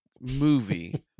movie